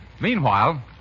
Meanwhile